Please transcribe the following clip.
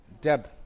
Deb